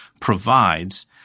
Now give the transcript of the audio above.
provides